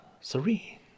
serene